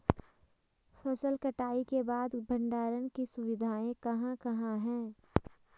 फसल कटाई के बाद भंडारण की सुविधाएं कहाँ कहाँ हैं?